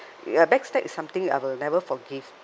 ya backstab is something I will never forgive